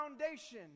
foundation